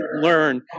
learn